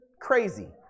crazy